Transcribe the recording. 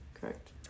correct